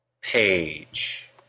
page